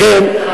לכן,